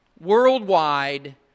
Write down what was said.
Worldwide